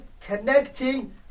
connecting